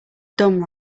dumb